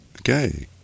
Okay